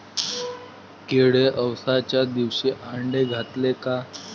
किडे अवसच्या दिवशी आंडे घालते का?